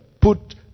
put